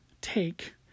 take